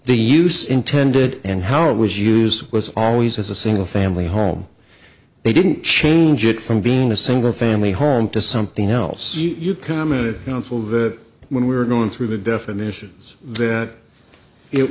they use intended and how it was used was always as a single family home they didn't change it from being a single family home to something else you'd come into council that when we were going through the definitions that it